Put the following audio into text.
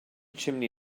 chimney